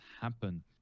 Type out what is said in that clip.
happen